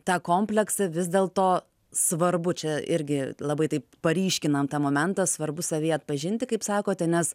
tą kompleksą vis dėl to svarbu čia irgi labai taip paryškinam tą momentą svarbu savyje atpažinti kaip sakote nes